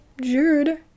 Jude